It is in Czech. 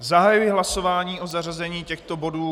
Zahajuji hlasování o zařazení těchto bodů.